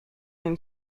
den